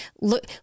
look